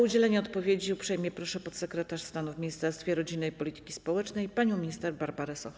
O udzielenie odpowiedzi uprzejmie proszę podsekretarz stanu w Ministerstwie Rodziny i Polityki Społecznej panią minister Barbarę Sochę.